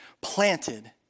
planted